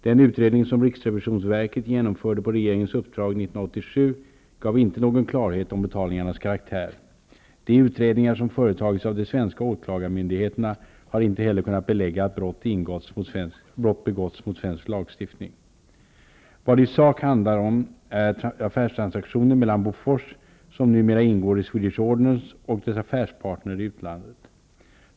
Den utredning som riksrevisionsverket genomförde på regeringens uppdrag 1987 gav inte någon klarhet om betal ningarnas karaktär. De utredningar som företagits av de svenska åklagar myndigheterna har inte heller kunnat belägga att brott begåtts mot svensk lagstiftning. Vad det i sak handlar om är affärstransaktioner mellan Bofors, som numera ingår i Swedish Ordnance, och dess affärspartner i utlandet.